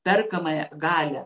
perkamąją galią